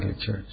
Church